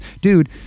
dude